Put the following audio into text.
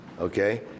Okay